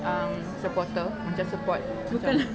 um supporter macam support